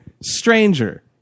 stranger